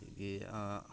ꯑꯗꯒꯤ